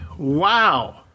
Wow